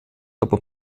aber